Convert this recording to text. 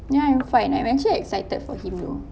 ya I'm fine I'm actually excited for him though